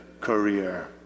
career